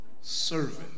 servant